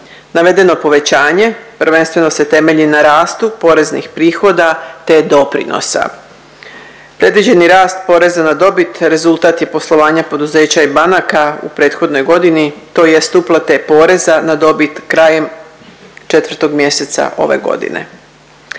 Navedeno povećanje prvenstveno se temelji na rastu poreznih prihoda te doprinosa. Predviđeni rast poreza na dobit rezultat je poslovanja poduzeća i banaka u prethodnoj godini tj. uplate poreza na dobit krajem 4. mjeseca ove godine.